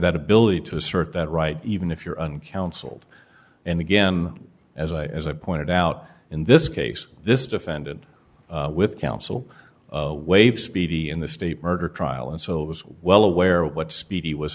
that ability to assert that right even if you're an counseled and again as i as i pointed out in this case this defendant with counsel waived speedy in the state murder trial and so it was well aware what speed he was